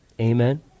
Amen